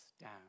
down